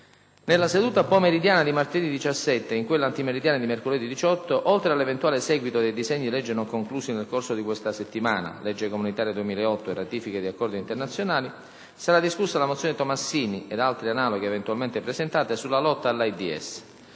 Nella seduta pomeridiana di martedì 17 e in quella antimeridiana di mercoledì 18, oltre all'eventuale seguito dei disegni di legge non conclusi nel corso di questa settimana (Legge comunitaria 2008 e ratifiche di accordi internazionali), sarà discussa la mozione Tomassini - ed altre analoghe eventualmente presentate - sulla lotta contro l'AIDS.